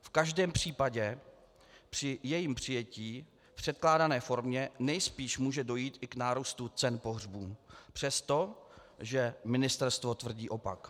V každém případě při jejím přijetí v předkládané formě nejspíš může dojít i k nárůstu cen pohřbů, přestože ministerstvo tvrdí opak.